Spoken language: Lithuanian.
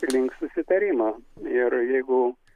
link susitarimo ir jeigu